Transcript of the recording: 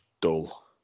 dull